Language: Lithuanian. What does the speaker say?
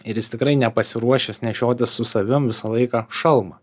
ir jis tikrai nepasiruošęs nešiotis su savim visą laiką šalmą